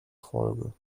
folge